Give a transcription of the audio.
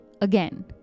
again